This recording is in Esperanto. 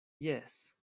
jes